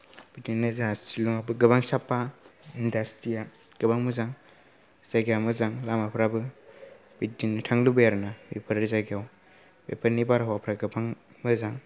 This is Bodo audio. बिदिनो जाहा शिलङाबो गोबां सापा इन्दास्ट्रिया गोबां मोजां जायगाया मोजां लामाफ्राबो बिदिनो थांनो लुबैयो आरो ना बेफोरबायदि जायगायाव बेफोरनि बारहावाफोरा गोबां मोजां